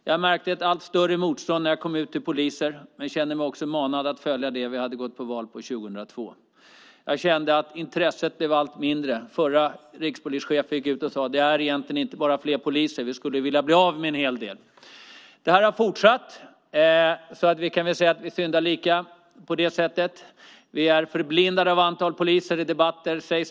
Jag märkte ett allt större motstånd när jag kom ut till poliser, men jag kände mig manad att följa det vi hade gått till val på 2002. Jag kände att intresset blev allt mindre. Förra rikspolischefen gick ut och sade: Det är egentligen inte bara fler poliser det gäller, vi skulle vilja bli av med en hel del. Det här har fortsatt så att vi kan säga att vi på det sättet syndar lika. Vi är förblindade av antalet poliser i debatter.